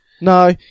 No